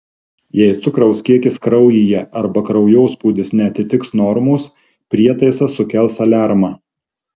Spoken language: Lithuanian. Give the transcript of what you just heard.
jei cukraus kiekis kraujyje arba kraujospūdis neatitiks normos prietaisas sukels aliarmą